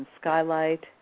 Skylight